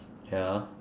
ya